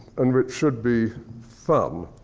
and which should be fun.